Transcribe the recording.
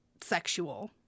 sexual